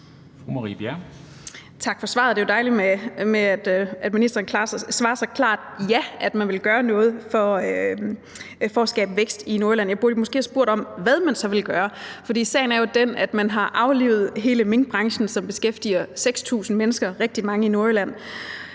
Tak for svaret. Det er jo dejligt, at ministeren svarer så klart ja til, at man vil gøre noget for at skabe vækst i Nordjylland. Jeg burde måske have spurgt om, hvad man så ville gøre. For sagen er jo den, at man har aflivet hele minkbranchen, som beskæftiger 6.000 mennesker, heraf rigtig mange i Nordjylland.